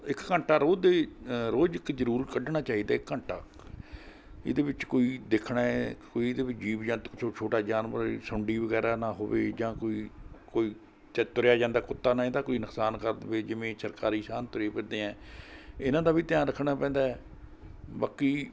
ਇੱਕ ਘੰਟਾ ਰੋਜ਼ ਦੀ ਰੋਜ਼ ਇੱਕ ਜ਼ਰੂਰ ਕੱਢਣਾ ਚਾਹੀਦਾ ਹੈ ਇੱਕ ਘੰਟਾ ਇਹਦੇ ਵਿੱਚ ਕੋਈ ਦੇਖਣਾ ਏ ਕੋਈ ਇਹਦੇ ਵਿੱਚ ਜੀਵ ਜੰਤੂ ਛੋ ਛੋਟਾ ਜਾਨਵਰ ਸੁੰਡੀ ਵਗੈਰਾ ਨਾ ਹੋਵੇ ਜਾਂ ਕੋਈ ਕੋਈ ਚ ਤੁਰਿਆ ਜਾਂਦਾ ਕੁੱਤਾ ਨਾ ਇਹਦਾ ਕੋਈ ਨੁਕਸਾਨ ਕਰ ਦੇਵੇ ਜਿਵੇਂ ਚਰਖਾਰੀ ਸਾਨ ਤੁਰੀ ਫਿਰਦੇ ਹੈ ਇਹਨਾਂ ਦਾ ਵੀ ਧਿਆਨ ਰੱਖਣਾ ਪੈਂਦਾ ਬਾਕੀ